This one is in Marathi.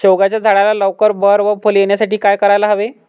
शेवग्याच्या झाडाला लवकर बहर व फूले येण्यासाठी काय करायला हवे?